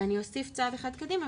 ואני אוסיף צעד אחד קדימה,